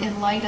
in light